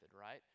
right